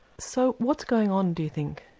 so what's going on do you think,